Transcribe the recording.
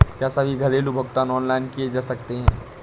क्या सभी घरेलू भुगतान ऑनलाइन किए जा सकते हैं?